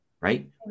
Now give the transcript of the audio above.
Right